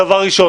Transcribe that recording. דבר ראשון.